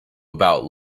about